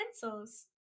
pencils